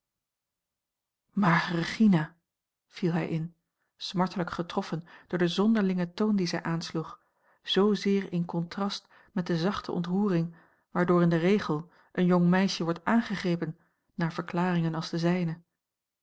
maar regina viel hij in smartelijk getroffen door den zonderlingen toon dien zij aansloeg zoozeer in contrast met de zachte ontroering waardoor in den regel een jong meisje wordt aangegrepen na verklaringen als de zijne